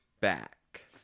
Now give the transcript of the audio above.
back